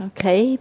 Okay